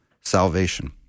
salvation